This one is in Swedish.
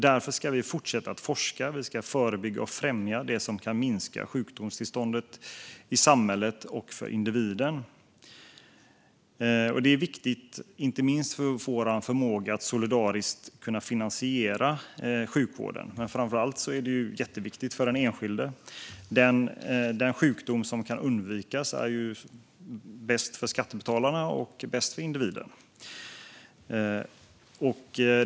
Därför ska vi fortsätta att forska, förebygga och främja det som kan minska sjukdomstillståndet i samhället och för individen. Det är viktigt inte minst för vår förmåga att solidariskt kunna finansiera sjukvården. Men framför allt är det jätteviktigt för den enskilde. Den sjukdom som kan undvikas är bäst för skattebetalarna och bäst för individen.